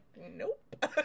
nope